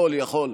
יכול, יכול.